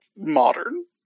modern